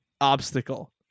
obstacle